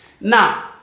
Now